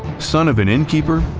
son of an innkeeper,